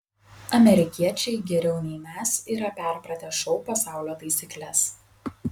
amerikiečiai geriau nei mes yra perpratę šou pasaulio taisykles